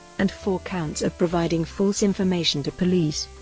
and four counts of providing false information to police.